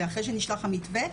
ואחרי שנשלח המתווה,